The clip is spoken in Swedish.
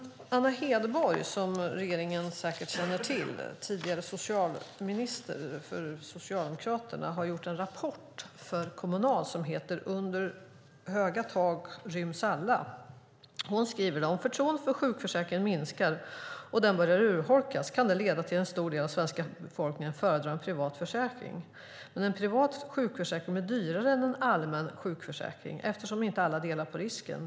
Anna Hedborg, tidigare socialminister för Socialdemokraterna, som regeringen säkert känner till, har gjort en rapport för Kommunal som heter Under höga tak ryms alla . Hon skriver: Om förtroendet för sjukförsäkringen minskar och den börjar urholkas kan det leda till att en stor del av den svenska befolkningen föredrar en privat försäkring. Men en privat sjukförsäkring blir dyrare än en allmän sjukförsäkring eftersom inte alla delar på risken.